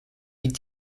die